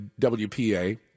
WPA